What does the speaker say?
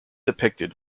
depicted